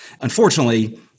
Unfortunately